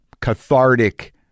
cathartic